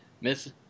Miss